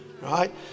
Right